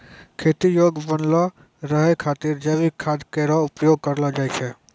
खेती योग्य बनलो रहै खातिर जैविक खाद केरो उपयोग करलो जाय छै